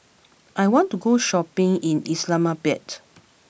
I want to go shopping in Islamabad